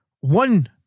One